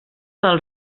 del